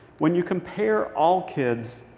when you compare all kids,